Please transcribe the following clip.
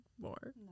more